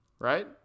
Right